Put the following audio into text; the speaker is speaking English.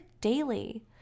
daily